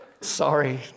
sorry